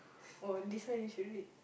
oh this one you should read